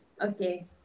okay